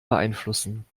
beeinflussen